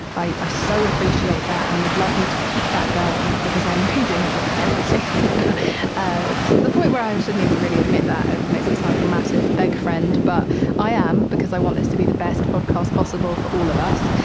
i i so appreciate that and would love you to keep that going because i'm reading like everything to ah the point where i shouldn't even really admit that. it makes me so like a massive beg friend but i am because i want this to be the best podcast possible for all of us.